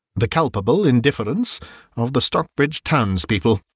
the culpable indifference of the stockbridge townspeople,